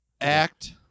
Act